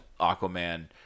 Aquaman